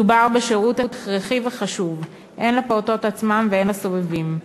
מדובר בשירות הכרחי וחשוב הן לפעוטות עצמם והן לסובבים.